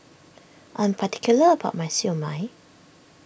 I am particular about my Siew Mai